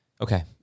Okay